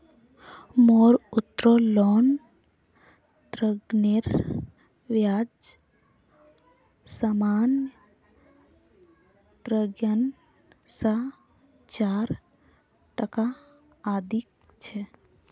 मोर उत्तोलन ऋनेर ब्याज सामान्य ऋण स चार टका अधिक छ